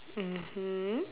mmhmm